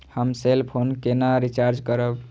हम cell phone केना recharge करब?